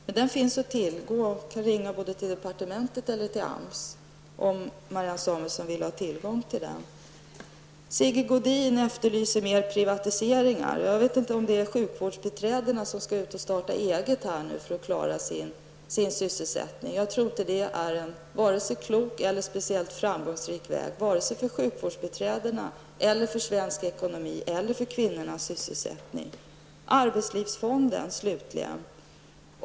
Rapporten finns att tillgå, och Marianne Samuelsson kan ringa antingen departementet eller AMS om hon vill ha tillgång till den. Sigge Godin efterlyser mer privatiseringar. Jag vet inte om det är sjukvårdsbiträdena som skall ut och starta eget för att klara sin sysselsättning. Jag tror inte att det är en vare sig klok eller speciellt framgångsrik väg, vare sig för sjukvårdsbiträdena, svensk ekonomi eller kvinnornas sysselsättning. Sedan något om arbetslivsfonden.